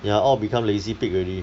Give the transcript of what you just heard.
ya all become lazy pig already